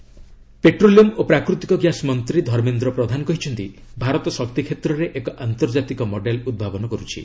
Dharmendra Pradhan petroleum ଓ ପ୍ରାକୃତିକ gas ମନ୍ତ୍ରୀ ଧର୍ମେନ୍ଦ୍ର ପ୍ରଧାନ କହିଛନ୍ତି ଭାରତ ଶକ୍ତି କ୍ଷେତ୍ରରେ ଏକ ଆନ୍ତର୍ଜାତିକ ମଡେଲ୍ ଉଦ୍ଭାବନ କରୁଛି